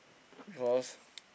because